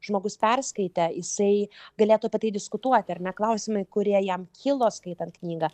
žmogus perskaitė jisai galėtų apie tai diskutuoti ar ne klausimai kurie jam kilo skaitant knygą